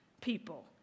people